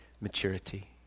maturity